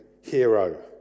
hero